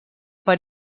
per